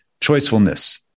choicefulness